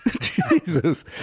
Jesus